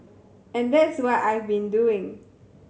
and that's what I've been doing